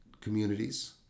communities